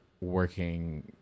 working